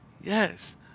Yes